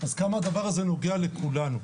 אז כמה הדבר הזה נוגע לכולנו.